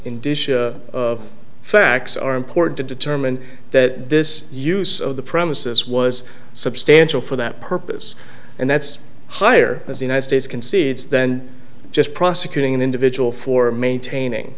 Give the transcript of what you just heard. what facts are important to determine that this use of the premises was substantial for that purpose and that's higher as the united states concedes then just prosecuting an individual for maintaining